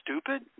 stupid